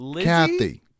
Kathy